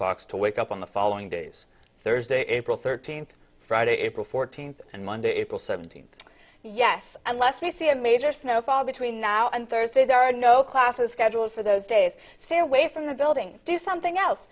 clocks to wake up on the following days thursday april thirteenth friday april fourteenth and monday april seventeenth yes unless they see a major snowfall between now and thursday there are no classes scheduled for those days say away from the building do something else